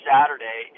Saturday